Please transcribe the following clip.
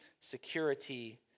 security